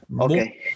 Okay